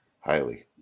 highly